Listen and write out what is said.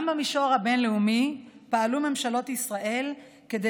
גם במישור הבין-לאומי פעלו ממשלות ישראל כדי